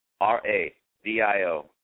R-A-D-I-O